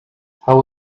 how